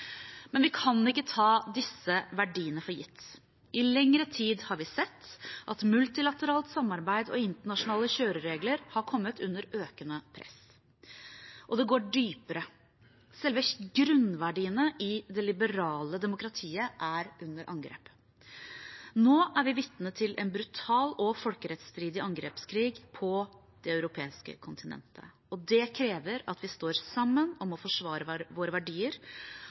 Men vi kan ikke ta disse verdiene for gitt. I lengre tid har vi sett at multilateralt samarbeid og internasjonale kjøreregler har kommet under økende press. Og det går dypere. Selve grunnverdiene i det liberale demokratiet er under angrep. Nå er vi vitne til en brutal og folkerettsstridig angrepskrig på det europeiske kontinentet. Det krever at vi står sammen om å forsvare våre verdier